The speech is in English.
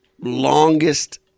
longest